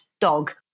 dog